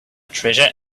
treasure